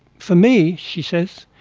for me she says,